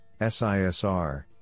SISR